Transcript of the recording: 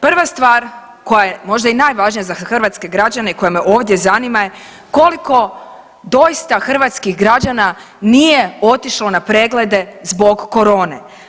Prva stvar koja je možda i najvažnija za hrvatske građene i koje me ovdje zanima je koliko doista hrvatskih građana nije otišlo na preglede zbog korone?